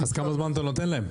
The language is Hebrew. אז כמה זמן אתה נותן להם?